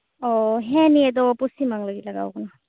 ᱚ ᱦᱮᱸ ᱱᱤᱭᱟᱹ ᱫᱚ ᱯᱚᱥᱪᱤᱢ ᱵᱟᱝᱞᱟ ᱜᱮ ᱞᱟᱜᱟᱣ ᱟᱠᱟᱱᱟ